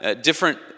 different